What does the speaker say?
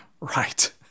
right